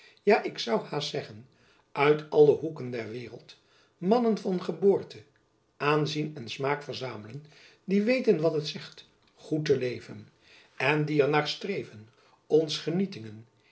ja ik zou haast zeggen uit alle hoeken der waereld mannen van geboorte aanzien en smaak verzamelen die weten wat het zegt goed te leven en die er naar streven ons